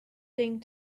thing